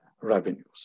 revenues